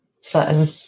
certain